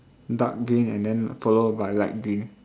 dark green and then followed by light green